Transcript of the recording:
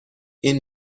این